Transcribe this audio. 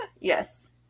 yes